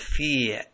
fear